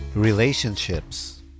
Relationships